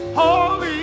holy